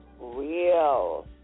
real